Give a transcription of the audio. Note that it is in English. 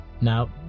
Now